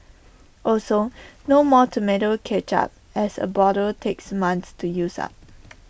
also no more Tomato Ketchup as A bottle takes months to use up